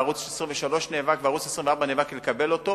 ערוץ-23 נאבק וערוץ-24 נאבק כדי לקבל אותו.